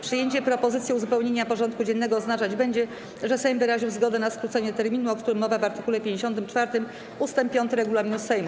Przyjęcie propozycji uzupełnienia porządku dziennego oznaczać będzie, że Sejm wyraził zgodę na skrócenie terminu, o którym mowa w art. 54 ust. 5 regulaminu Sejmu.